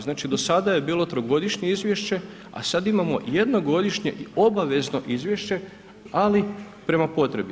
Znači do sada je bilo trogodišnje izvješće a sad imamo jednogodišnje i obavezno izvješće ali prema potrebi.